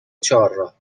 چهارراه